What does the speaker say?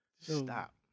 Stop